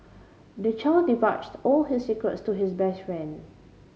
the child divulged all his secrets to his best friend